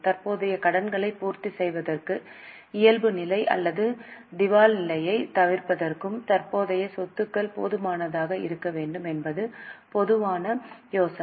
தற்போதைய கடன்களைப் பூர்த்தி செய்வதற்கும் இயல்புநிலை அல்லது திவால்நிலையைத் தவிர்ப்பதற்கும் தற்போதைய சொத்துக்கள் போதுமானதாக இருக்க வேண்டும் என்பது பொதுவான யோசனை